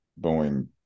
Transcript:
Boeing